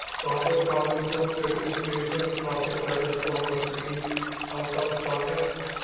ਤੁਹਾਡੇ ਕਾਰਟ ਵਿੱਚੋਂ creative space classic red stone rakhi out of stock ਹੈ